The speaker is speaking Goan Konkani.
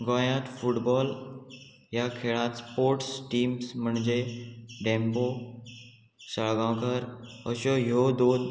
गोंयांत फुटबॉल ह्या खेळांत स्पोर्ट्स टिम्स म्हणजे धेंपो साळगांवकर अश्यो ह्यो दोन